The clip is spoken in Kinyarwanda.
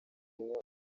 imwe